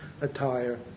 attire